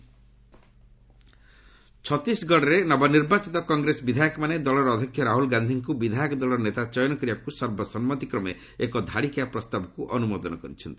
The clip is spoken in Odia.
ଛତିଶଗଡ଼ ଗମେଣ୍ଟ୍ ଫର୍ମେସନ୍ ଛତିଶଗଡ଼ର ନବନିର୍ବାଚିତ କଟ୍ରେସ ବିଧାୟକମାନେ ଦଳର ଅଧ୍ୟକ୍ଷ ରାହୁଳ ଗାନ୍ଧୀଙ୍କୁ ବିଧାୟକ ଦଳର ନେତା ଚୟନ କରିବାକୁ ସର୍ବସମ୍ମତକ୍ରମେ ଏକ ଧାଡିକିଆ ପ୍ରସ୍ତାବକୁ ଅନୁମୋଦନ କରିଛନ୍ତି